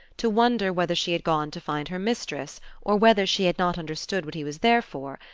to wonder whether she had gone to find her mistress, or whether she had not understood what he was there for,